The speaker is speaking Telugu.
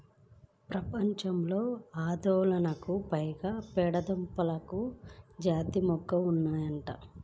ప్రపంచంలో ఆరొందలకు పైగా పెండలము దుంప జాతి మొక్కలు ఉన్నాయంట